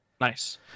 Nice